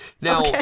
now